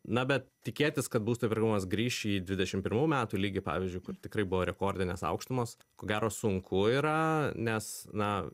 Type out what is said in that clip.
na bet tikėtis kad būsto įperkamumas grįš į dvidešim pirmų metų lygį pavyzdžiui kur tikrai buvo rekordinės aukštumos ko gero sunku yra nes na